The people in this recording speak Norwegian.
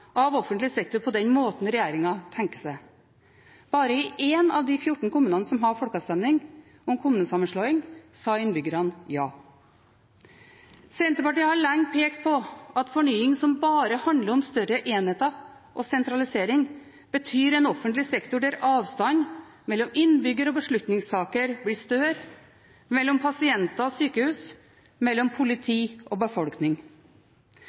av offentlig sektor på den måten regjeringen tenker seg. Bare i én av de fjorten kommunene som har folkeavstemning om kommunesammenslåing, sa innbyggerne ja. Senterpartiet har lenge pekt på at fornying som bare handler om større enheter og sentralisering, betyr en offentlig sektor der avstanden mellom innbyggere og beslutningstakere blir større – mellom pasienter og sykehus, mellom politi og befolkning.